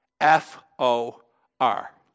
F-O-R